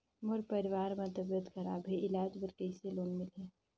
मोर परवार मे तबियत खराब हे इलाज बर कइसे लोन मिलही?